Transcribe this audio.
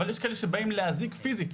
אבל יש כאלה שבאים להזיק פיזית.